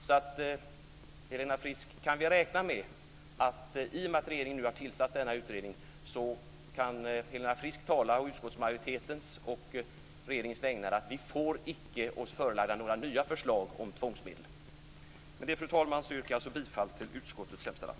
Kan vi alltså räkna med att Helena Frisk, i och med att regeringen har tillsatt denna utredning, å utskottsmajoritetens och regeringens vägnar kan säga att vi icke kommer att få oss förelagt några nya förslag om tvångsmedel? Med detta, fru talman, yrkar jag, som sagt, bifall till utskottets hemställan.